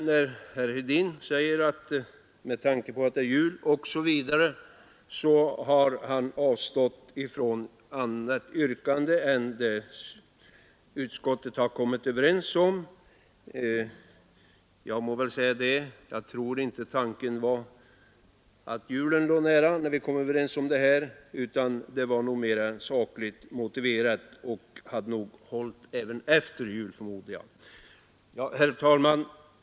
Herr Hedin sade att han med tanke på julen avstod från annat yrkande än om bifall till utskottets hemställan. Jag tror inte att vi, när vi kom överens om utskottets hemställan, tänkte på att julen var nära. Det var nog sakliga motiv som låg bakom, motiv som håller även efter jul, får jag förmoda. Herr talman!